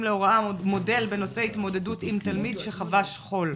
להוראה מודל בנושא התמודדות עם תלמיד שחווה שכול.